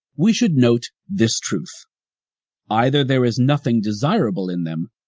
we should note this truth either there is nothing desirable in them,